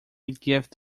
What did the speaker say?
gift